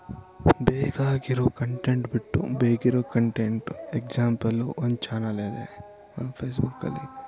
ಬೇಕಾಗಿರೋ ಕಂಟೆಂಟ್ ಬಿಟ್ಟು ಬೇಕಿರೋ ಕಂಟೆಂಟು ಎಕ್ಸ್ಯಾಂಪಲು ಒಂದು ಚಾನೆಲ್ ಇದೆ ನಮ್ಮ ಫೇಸ್ಬುಕಲ್ಲಿ